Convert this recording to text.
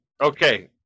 okay